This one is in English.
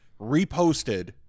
reposted